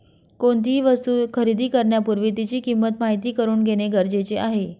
कोणतीही वस्तू खरेदी करण्यापूर्वी तिची किंमत माहित करून घेणे गरजेचे आहे